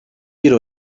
bir